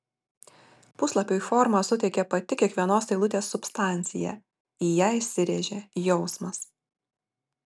puslapiui formą suteikė pati kiekvienos eilutės substancija į ją įsirėžė jausmas